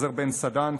שחזר בן סדן,